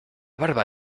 barba